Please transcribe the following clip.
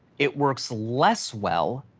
it works less well,